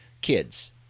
kids